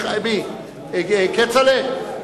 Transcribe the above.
כצל'ה?